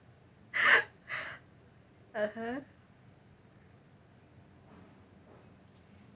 (uh huh)